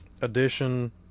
edition